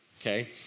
okay